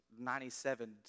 97